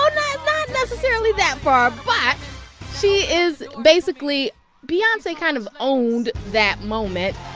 um not necessarily that far. but she is basically beyonce kind of owned that moment.